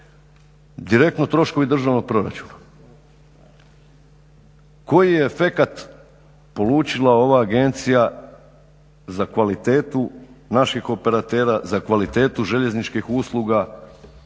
direktno troškovi državnog proračuna. Koji je efekat polučila ova agencija za kvalitetu naših operatera, za kvalitetu željezničkih usluga?